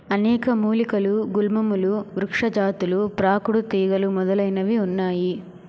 అనేక మూలికలు గుల్మములు వృక్షజాతులు ప్రాకుడుతీగలు మొదలైనవి ఉన్నాయి